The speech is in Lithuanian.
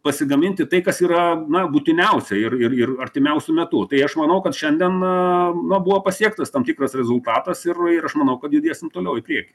pasigaminti tai kas yra būtiniausia ir ir ir artimiausiu metu tai aš manau kad šiandien am na buvo pasiektas tam tikras rezultatas ir ir aš manau kad judėsim toliau į priekį